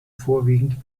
vorwiegend